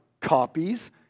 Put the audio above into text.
copies